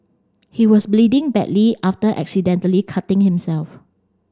he was bleeding badly after accidentally cutting himself